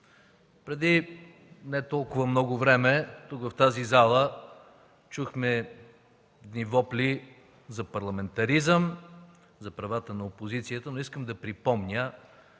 Преди не толкова много време в тази зала чухме вопли за парламентаризъм, за правата на опозицията, но искам да припомня